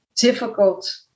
difficult